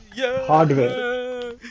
Hardware